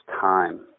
time